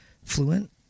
Fluent